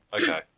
Okay